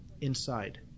inside